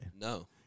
No